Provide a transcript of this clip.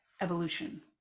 evolution